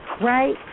right